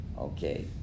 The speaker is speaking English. Okay